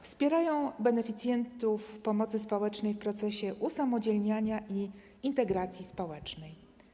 Wspierają beneficjentów pomocy społecznej w procesie usamodzielniania i integracji społecznej.